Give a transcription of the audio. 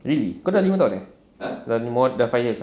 really kau dah lima tahun eh dah five years ah